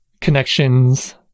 connections